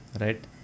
Right